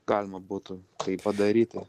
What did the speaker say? galima būtų tai padaryti